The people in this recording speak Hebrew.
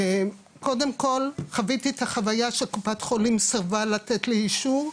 קודם כל חוויתי את החוויה שקופת חולים סירבה לתת לי אישור,